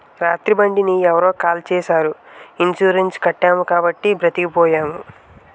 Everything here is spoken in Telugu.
రాత్రి బండిని ఎవరో కాల్చీసారు ఇన్సూరెన్సు కట్టాము కాబట్టి బతికిపోయాము